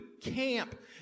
camp